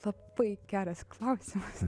labai geras klausimas